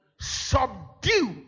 Subdue